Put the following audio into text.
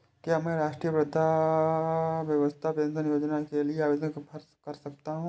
क्या मैं राष्ट्रीय वृद्धावस्था पेंशन योजना के लिए आवेदन कर सकता हूँ?